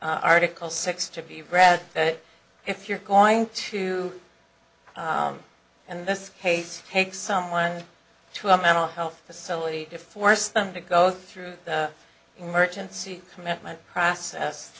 article six to be read it if you're going to and this case takes someone to a mental health facility to force them to go through emergency commitment process